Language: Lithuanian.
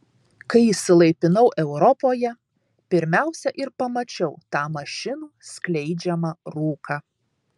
kai išsilaipinau europoje pirmiausia ir pamačiau tą mašinų skleidžiamą rūką